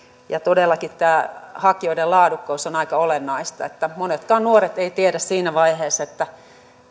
ja todellakin tämä hakijoiden laadukkuus on aika olennaista monetkaan nuoret eivät tiedä siinä vaiheessa että